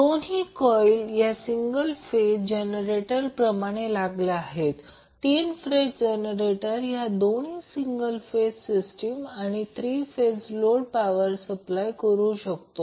दोन्ही कॉइल या single phase generator प्रमाणे लागल्या आहेत 3 फेज जनरेटर हा दोन्ही सिंगल फेज आणि 3 फेज लोड पॉवर सप्लाय करू शकतो